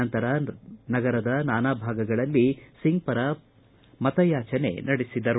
ನಂತರ ನಗರದ ನಾನಾ ಭಾಗಗಳಲ್ಲಿ ಸಿಂಗ್ ಪರ ಮತಯಾಚನೆ ನಡೆಸಿದರು